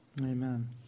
Amen